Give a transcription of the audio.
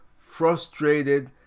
frustrated